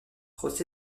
josé